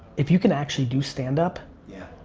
if you can actually do stand-up yeah.